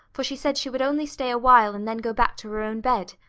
for she said she would only stay a while and then go back to her own bed.